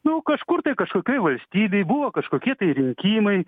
nu kažkur tai kažkokioj valstybėj buvo kažkokie tai rinkimai